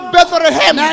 Bethlehem